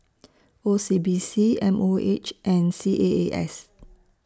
O C B C M O H and C A A S